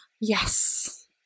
Yes